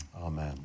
amen